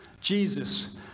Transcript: Jesus